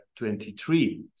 23